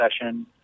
session